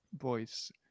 voice